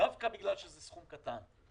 דווקא בגלל שזה סכום קטן,